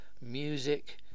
music